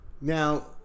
Now